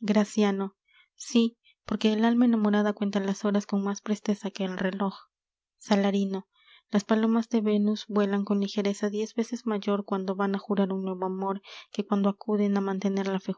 graciano sí porque el alma enamorada cuenta las horas con más presteza que el reloj salarino las palomas de vénus vuelan con ligereza diez veces mayor cuando van á jurar un nuevo amor que cuando acuden á mantener la fe